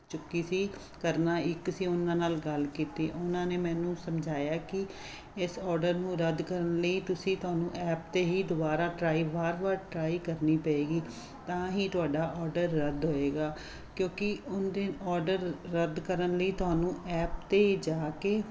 ਚੁੱਕੀ ਸੀ ਕਰਨਾ ਇੱਕ ਸੀ ਉਹਨਾਂ ਨਾਲ ਗੱਲ ਕੀਤੀ ਉਹਨਾਂ ਨੇ ਮੈਨੂੰ ਸਮਝਾਇਆ ਕਿ ਇਸ ਓਡਰ ਨੂੰ ਰੱਦ ਕਰਨ ਲਈ ਤੁਸੀਂ ਤੁਹਾਨੂੰ ਐਪ 'ਤੇ ਹੀ ਦੁਬਾਰਾ ਟਰਾਈ ਵਾਰ ਵਾਰ ਟਰਾਈ ਕਰਨੀ ਪਏਗੀ ਤਾਂ ਹੀ ਤੁਹਾਡਾ ਓਡਰ ਰੱਦ ਹੋਏਗਾ ਕਿਉਂਕਿ ਉਹਦਾ ਓਡਰ ਰੱਦ ਕਰਨ ਲਈ ਤੁਹਾਨੂੰ ਐਪ 'ਤੇ ਜਾ ਕੇ